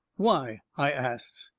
why? i asts.